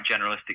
generalistic